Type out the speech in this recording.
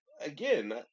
again